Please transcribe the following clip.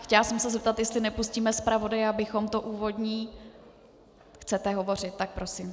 Chtěla jsem se zeptat, jestli nepustíme zpravodaje, abychom to úvodní Chcete hovořit, tak prosím.